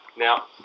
Now